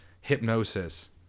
hypnosis